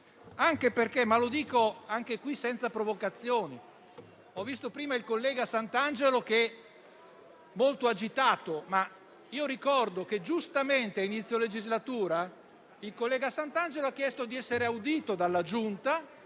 Paese. Lo dico senza provocazioni: ho visto prima il collega Santangelo molto agitato, ma io ricordo che giustamente, a inizio legislatura, il collega Santangelo ha chiesto di essere audito dalla Giunta,